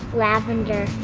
lavender.